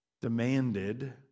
demanded